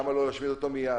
למה לא להשמיד אותו מייד.